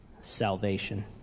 salvation